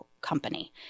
company